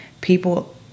people